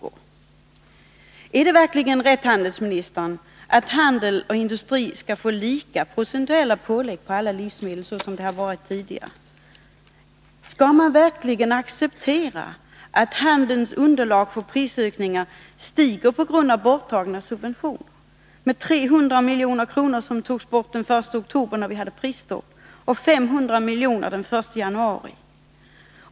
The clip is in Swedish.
Är det verkligen rätt, handelsministern, att handeln och industrin skall få lika stora procentuella pålägg på alla livsmedel, så som det har varit tidigare? Skall man verkligen acceptera att handelns underlag för prishöjningar ökar på grund av borttagna subventioner med 300 milj.kr. som togs bort den 1 oktober, när vi hade prisstopp, och 500 milj.kr. den 1 januari?